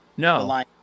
no